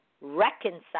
reconcile